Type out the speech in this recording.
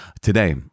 Today